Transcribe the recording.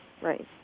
Right